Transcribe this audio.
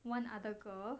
one other girl